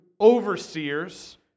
overseers